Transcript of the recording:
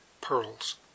Pearls